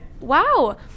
wow